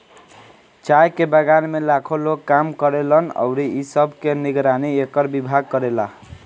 चाय के बगान में लाखो लोग काम करेलन अउरी इ सब के निगरानी एकर विभाग करेला